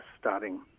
starting